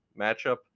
matchup